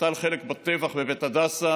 נטל חלק בטבח בבית הדסה.